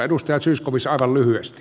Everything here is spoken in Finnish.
edustaja zyskowicz aivan lyhyesti